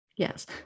Yes